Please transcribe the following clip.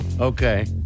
Okay